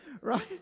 Right